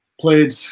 Played